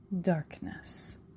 darkness